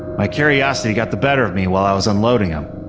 my curiosity got the better of me while i was unloading them.